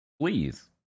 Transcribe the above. please